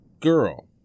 girl